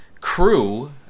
crew